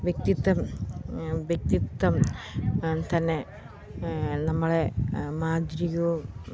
വ്യക്തിത്വം വ്യക്തിത്വം തന്നെ നമ്മളെ മാന്ത്രികവും